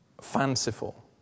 fanciful